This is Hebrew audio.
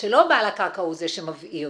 שלא בעל הקרקע הוא זה שמבעיר,